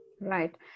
Right